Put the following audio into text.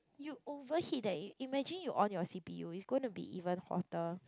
you overheat that imagine you on your C_P U is going to be even hotter